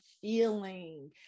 feeling